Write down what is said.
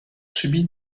subi